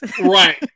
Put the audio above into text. Right